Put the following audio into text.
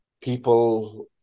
people